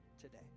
today